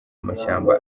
amashyamba